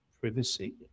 privacy